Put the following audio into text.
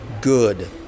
good